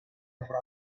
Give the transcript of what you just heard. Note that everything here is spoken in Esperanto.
francan